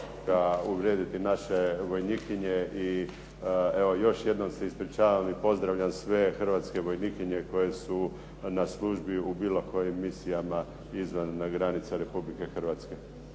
… uvrijediti naše vojnikinje i evo, još jednom se ispričavam i pozdravljam sve hrvatske vojnikinje koje su na službi u bilo kojim misijama izvan granica Republike Hrvatske.